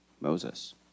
Moses